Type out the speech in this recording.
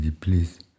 please